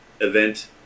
event